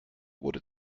wurde